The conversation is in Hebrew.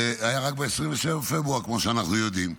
זה היה רק ב-27 בפברואר, כמו שאנחנו יודעים.